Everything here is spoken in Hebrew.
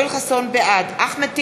בעד אחמד טיבי,